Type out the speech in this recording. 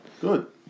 Good